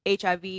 HIV